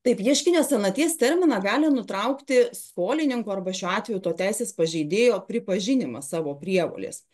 taip ieškinio senaties terminą gali nutraukti skolininko arba šiuo atveju to teisės pažeidėjo pripažinimas savo prievolės